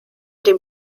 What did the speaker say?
dem